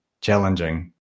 challenging